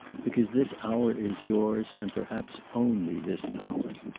because this hour is yours, and perhaps only this hour.